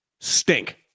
stink